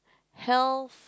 health